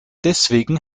deswegen